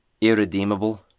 irredeemable